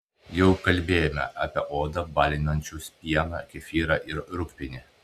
jau kalbėjome apie odą balinančius pieną kefyrą ir rūgpienį